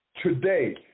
today